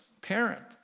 parent